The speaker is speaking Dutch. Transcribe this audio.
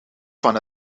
van